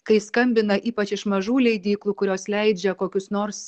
kai skambina ypač iš mažų leidyklų kurios leidžia kokius nors